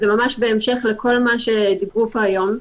בהמשך לכל מה שדיברו פה היום.